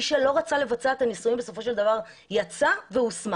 מי שלא רצה לבצע את הניסויים בסופו של דבר יצא והוסמך.